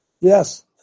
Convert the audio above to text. Yes